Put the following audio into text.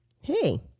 Hey